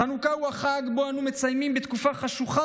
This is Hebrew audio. חנוכה הוא החג שבו אנו מציינים בתקופה החשוכה